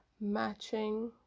matching